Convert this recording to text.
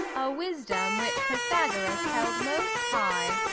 a wisdom, which pythagoras held most high